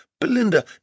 Belinda